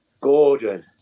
Gordon